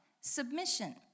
submission